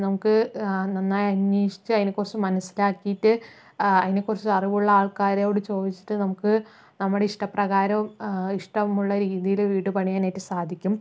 നമുക്ക് നന്നായി അന്വേഷിച്ച് അതിനെക്കുറിച്ച് മനസ്സിലാക്കിയിട്ട് അതിനെക്കുറിച്ച് അറിവുള്ള ആൾക്കാരോട് ചോദിച്ചിട്ട് നമുക്ക് നമ്മുടെ ഇഷ്ടപ്രകാരം ഇഷ്ടമുള്ള രീതിയില് വീട് പണിയാനായിട്ട് സാധിക്കും